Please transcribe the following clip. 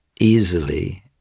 easily